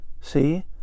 See